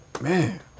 man